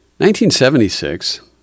1976